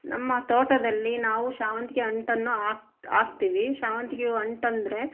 ನಮ್ಮ ತೋಟದಲ್ಲಿ ನಾವು ಸೇವಂತ್ಗೆ ಅಂಟನ್ನು ಹಾಕಿ ಹಾಕ್ತೀವಿ ಸೇವಂತ್ಗೆ ಹೂವು ಅಂಟಂದರೆ